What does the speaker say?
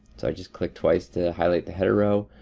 so i just click twice to highlight the header row.